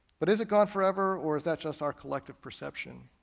but is it gone forever, or is that just our collective perception?